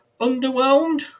Underwhelmed